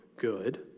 good